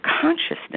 consciousness